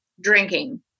Drinking